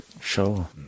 sure